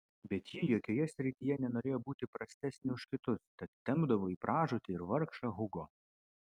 bet ji jokioje srityje nenorėjo būti prastesnė už kitus tad tempdavo į pražūtį ir vargšą hugo